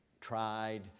tried